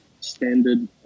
standard